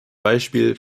beispiel